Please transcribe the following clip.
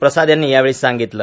प्रसाद यांनी यावेळी सांगितलं